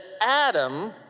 Adam